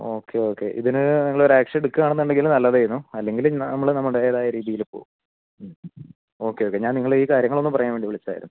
okay okay ഇതിന് നിങ്ങൾ ഒരാക്ഷൻ എടുക്കകയാണെന്ന് ഉണ്ടെങ്കിൽ അതലോവ് ചെയ്യുന്നു അല്ലെങ്കിൽ നമ്മൾ നമ്മുടെതായ രീതിയിൽ പോകും ഓക്കെ ഓക്കെ ഞാൻ നിങ്ങളെ ഈ കാര്യങ്ങളൊന്ന് പറയാൻ വേണ്ടി വിളിച്ചതായിരുന്നു